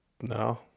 No